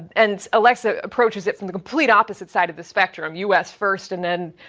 and alexa approaches it from the complete opposite side of the spectrum. us first and then,